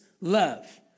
love